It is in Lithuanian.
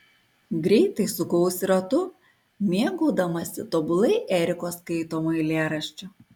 greitai sukausi ratu mėgaudamasi tobulai eriko skaitomu eilėraščiu